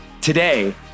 Today